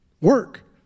work